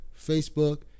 Facebook